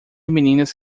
meninas